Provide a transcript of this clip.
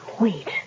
Wait